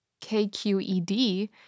KQED